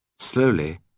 Slowly